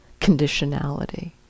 conditionality